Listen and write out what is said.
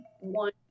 one